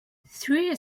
three